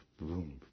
boom